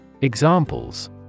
Examples